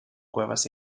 cuevas